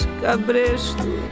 cabresto